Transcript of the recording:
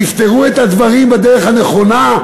תפתרו את הדברים בדרך הנכונה,